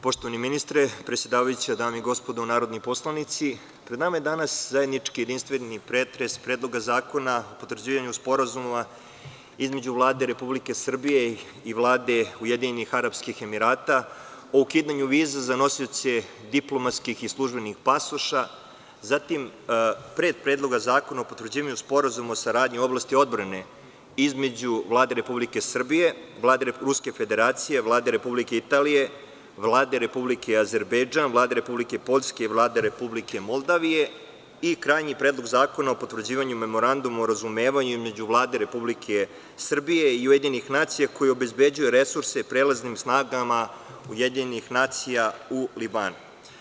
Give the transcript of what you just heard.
Poštovani ministre, predsedavajuća, dame i gospodo narodni poslanici, pred nama je danas zajednički jedinstveni pretres Predloga zakona o potvrđivanju Sporazuma između Vlade Republike Srbije i Vlade Ujedinjenih Arapskih Emirata o ukidanju viza za nosioce diplomatskih i službenih pasoša, zatim pet predloga zakona o potvrđivanju sporazuma o saradnji u oblasti odbrane između Vlade Republike Srbije, Vlade Ruske Federacije, Vlade Republike Italije, Vlade Republike Azerbejdžan, Vlade Republike Poljske i Vlade Republike Moldavije i krajnji Predlog zakona o potvrđivanju Memoranduma o razumevanju između Vlade Republike Srbije i Ujedinjenih nacija, koji obezbeđuje resurse prelaznim snagama Ujedinjenih nacija u Libanu.